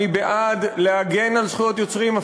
אני בעד להגן על זכויות יוצרים,